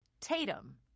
Tatum